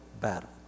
battle